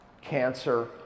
cancer